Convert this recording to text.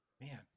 Man